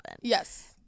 Yes